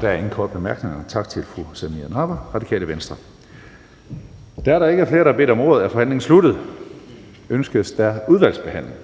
Der er ingen korte bemærkninger. Tak til fru Samira Nawa, Radikale Venstre. Da der ikke er flere, der har bedt om ordet, er forhandlingen sluttet. Ønskes der udvalgsbehandling?